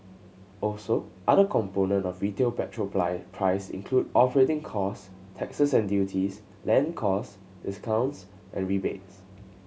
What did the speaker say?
also other components of retail petrol price price include operating costs taxes and duties land costs discounts and rebates